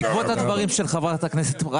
בעקבות הדברים של חברת הכנסת אפרת